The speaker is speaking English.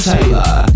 Taylor